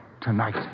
tonight